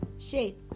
shape